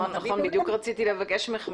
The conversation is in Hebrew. אומר את זה קצת יותר גורף ממעיין.